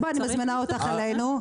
בואי, אני מזמינה אותך אלינו.